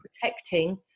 protecting